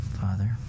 Father